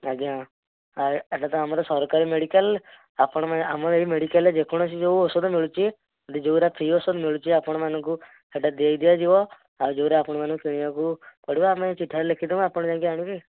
ଆଜ୍ଞା ଏଇଟା ତ ଆମର ସରକାରୀ ମେଡ଼ିକାଲ ଆପଣମାନେ ଆମ ଏଇ ମେଡ଼ିକାଲରେ ଯେକୌଣସି ଯେଉଁ ଔଷଧ ମିଳୁଛି ଏଇଠି ଯୋଉରା ଫ୍ରି ଔଷଧ ମିଳୁଛି ଆପଣମାନଙ୍କୁ ସେଇଟା ଦେଇଦିଆଯିବ ଆଉ ଯୋଉରା ଆପଣମାନଙ୍କୁ କିଣିବାକୁ ପଡ଼ିବ ଆମେ ଚିଠାରେ ଲେଖିଦେବୁ ଆପଣ ଯାଇକି ଆଣିବେ